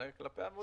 תקציבית.